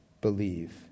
believe